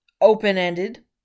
open-ended